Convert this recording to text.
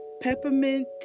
peppermint